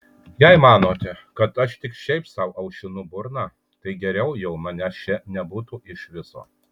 jei manote kad aš tik šiaip sau aušinu burną tai geriau jau manęs čia nebūtų iš viso